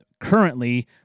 Currently